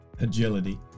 agility